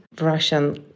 Russian